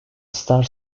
star